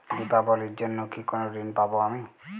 দীপাবলির জন্য কি কোনো ঋণ পাবো আমি?